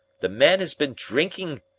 the man has been drinking.